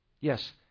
Yes